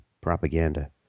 propaganda